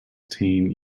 teen